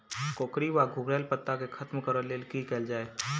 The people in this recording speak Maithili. कोकरी वा घुंघरैल पत्ता केँ खत्म कऽर लेल की कैल जाय?